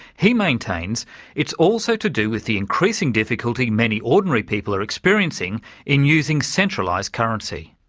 he maintains it's also to do with the increasing difficulty many ordinary people are experiencing in using centralised currency.